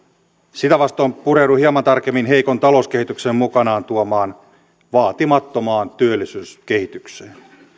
sitä vastoin pureudun hieman tarkemmin heikon talouskehityksen mukanaan tuomaan vaatimattomaan työllisyyskehitykseen